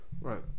Right